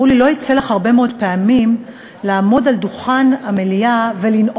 אמרו לי: לא יצא לך הרבה מאוד פעמים לעמוד על דוכן המליאה ולנאום,